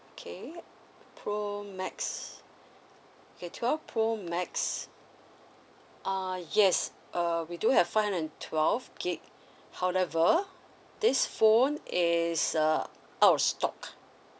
okay pro max okay twelve pro max uh yes uh we do have five hundred and twelve gig however this phone is uh out of stock